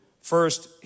First